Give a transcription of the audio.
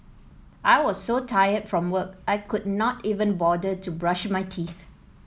I was so tired from work I could not even bother to brush my teeth